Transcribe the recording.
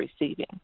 receiving